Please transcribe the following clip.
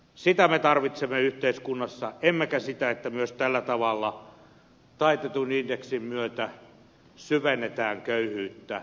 sitä me tarvitsemme yhteiskunnassa emmekä sitä että myös tällä tavalla taitetun indeksin myötä syvennetään köyhyyttä